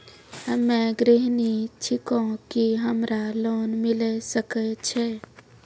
हम्मे गृहिणी छिकौं, की हमरा लोन मिले सकय छै?